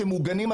אתם מוגנים,